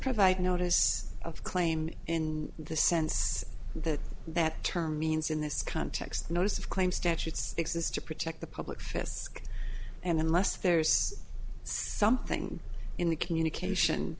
provide notice of claim in the sense that that term means in this context notice of claim statutes exist to protect the public fisc and unless there's something in the communication